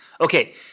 okay